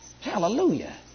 Hallelujah